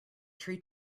tree